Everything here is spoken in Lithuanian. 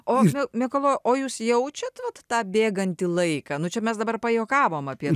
o mikalojau o jūs jaučiat vat tą bėgantį laiką nu čia mes dabar pajuokavom apie